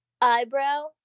eyebrow